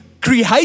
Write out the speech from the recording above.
create